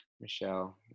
Michelle